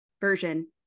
version